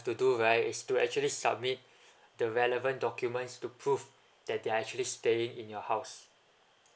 to do right is to actually submit the relevant documents to prove that they're actually staying in your house